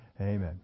Amen